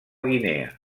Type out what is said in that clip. guinea